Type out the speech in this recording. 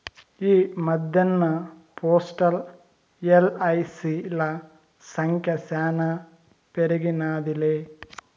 ఈ మద్దెన్న పోస్టల్, ఎల్.ఐ.సి.ల సంఖ్య శానా పెరిగినాదిలే